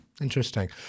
Interesting